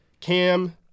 cam